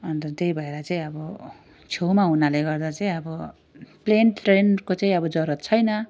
अन्त त्यही भएर चाहिँ अब छेउमा हुनाले गर्दा चाहिँ अब प्लेन ट्रेनको चाहिँ अब जरुरत छैन